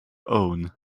own